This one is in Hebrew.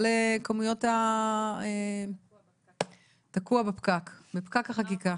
זה תקוע בפקק, בפקק החקיקה.